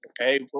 okay